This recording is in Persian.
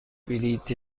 بلیت